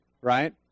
right